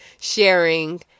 sharing